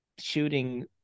shooting